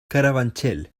carabanchel